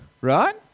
right